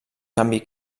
canvi